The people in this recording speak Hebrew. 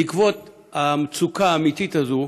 בעקבות המצוקה האמיתית הזאת,